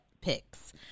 picks